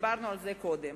ודיברנו על זה קודם.